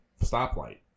stoplight